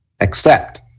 Accept